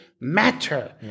matter